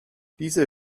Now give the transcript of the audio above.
diese